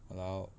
!walao!